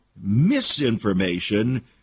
misinformation